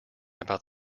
about